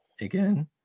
again